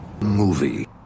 movie